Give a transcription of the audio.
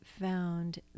found